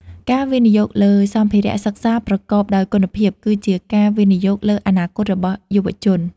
ការវិនិយោគលើសម្ភារៈសិក្សាប្រកបដោយគុណភាពគឺជាការវិនិយោគលើអនាគតរបស់យុវជន។